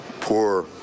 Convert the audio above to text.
poor